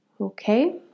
Okay